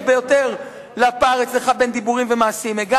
ביותר לפער בין דיבורים למעשים אצלך.